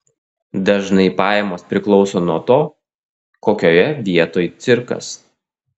dažnai pajamos priklauso nuo to kokioje vietoj cirkas